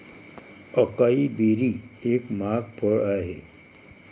acai berry एक महाग फळ आहे